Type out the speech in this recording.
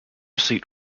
seat